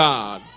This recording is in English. God